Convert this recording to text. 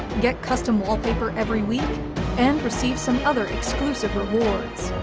get custom wallpaper every week and receive some other exclusive rewards.